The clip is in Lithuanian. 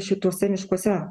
šituose miškuose